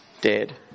dead